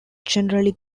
generally